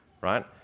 right